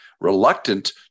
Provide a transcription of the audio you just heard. reluctant